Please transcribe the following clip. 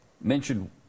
mentioned